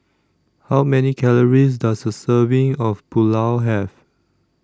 How Many Calories Does A Serving of Pulao Have